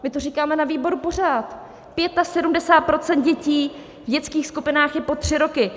My to říkáme na výboru pořád: 75 % procent dětí v dětských skupinách je pod tři roky.